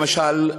למשל,